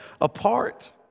apart